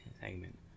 segment